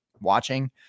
watching